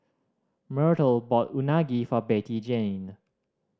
Myrtle bought Unagi for Bettyjane